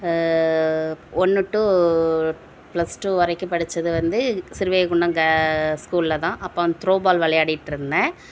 ஒன்று to plus two வரைக்கும் படித்தது வந்து ஸ்ரீவைகுண்டம் கேர்ள்ஸ் ஸ்கூலில் தான் அப்போ அந்த த்ரோவ் பால் விளையாடிகிட்டு இருந்தேன்